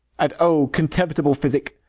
and, o contemptible physic!